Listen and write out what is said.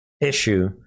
issue